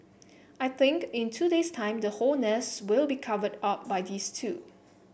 I think in two days time the whole nest will be covered up by these two